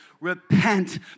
repent